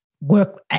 work